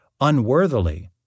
unworthily